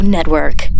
Network